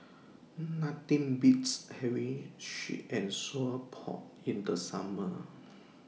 Nothing Beats having Sweet and Sour Pork in The Summer